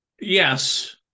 Yes